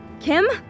Kim